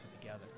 together